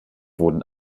wurden